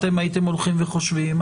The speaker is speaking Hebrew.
אתם הייתם הולכים וחושבים,